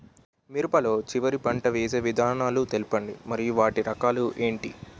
మిరప లో చివర పంట వేసి విధానాలను తెలపండి మరియు వాటి రకాలు ఏంటి